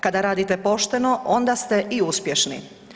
Kada radite pošteno onda ste i uspješni.